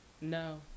no